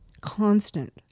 constant